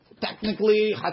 Technically